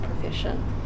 profession